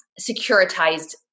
securitized